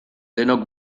denok